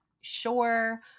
sure